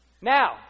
Now